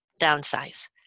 downsize